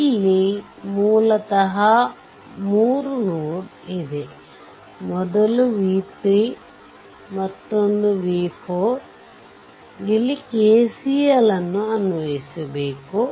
ಇಲ್ಲಿ ಮೂಲತಃ 3 ನೋಡ್ ಇದೆ ಮೊದಲು v3 ಮತ್ತು ಇನ್ನೊಂದು v4 ಇಲ್ಲಿ KCL ಅನ್ನು ಅನ್ವಯಿಬೇಕು